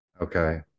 Okay